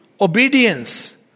Obedience